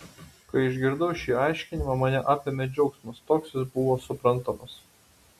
kai išgirdau šį aiškinimą mane apėmė džiaugsmas toks jis buvo suprantamas